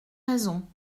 raisons